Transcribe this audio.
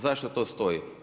Zašto to stoji?